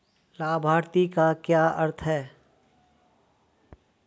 लाभार्थी का क्या अर्थ है?